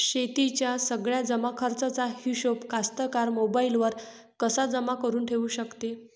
शेतीच्या सगळ्या जमाखर्चाचा हिशोब कास्तकार मोबाईलवर कसा जमा करुन ठेऊ शकते?